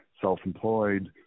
self-employed